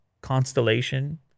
Constellation